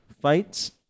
fights